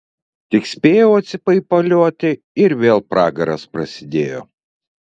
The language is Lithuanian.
tik spėjau atsipaipalioti ir vėl pragaras prasidėjo